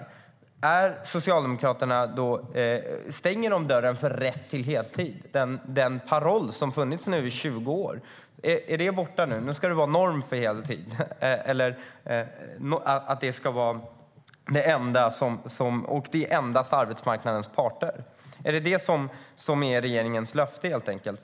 Stänger då Socialdemokraterna dörren för rätt till heltid, den paroll som har funnits i 20 år? Är det borta nu? Nu ska heltid vara norm. Det ska vara det enda, och det handlar endast om arbetsmarknadens parter. Är det detta som är regeringens löfte, helt enkelt?